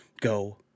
go